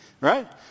right